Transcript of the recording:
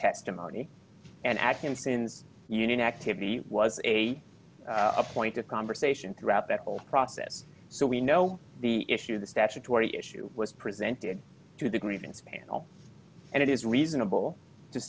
testimony and at him since you know activity was a a point of conversation throughout that whole process so we know the issue the statutory issue was presented to the grievance panel and it is reasonable to